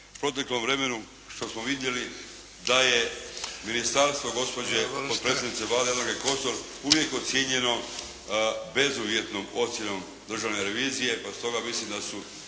proteklom vremenu što smo vidjeli da je ministarstvo gospođe potpredsjednice Vlade Jadranke Kosor uvijek ocijenjeno bezuvjetnom ocjenom Državne revizije pa stoga mislim da su